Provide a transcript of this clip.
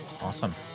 Awesome